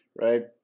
right